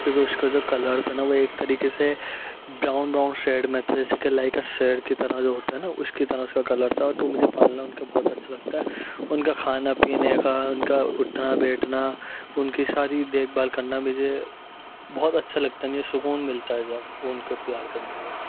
کیونکہ اس کا جو کلر تھا نا وہ ایک طریقے سے براؤن براؤن شیڈ میں تھے جیسے کہ لائک آ شیر کی طرح جو ہوتا ہے نا اس کی طرح اس کا کلر تھا اور تو مجھے پالنا ان کا بہت اچھا لگتا ہے ان کا کھانا پینے کا ان کا اٹھنا بیٹھنا ان کی ساری دیکھ بھال کرنا مجھے بہت اچھا لگتا ہے مجھے سکون ملتا ہے جب وہ ان کو پیار کرنے سے